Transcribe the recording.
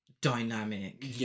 dynamic